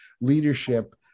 Leadership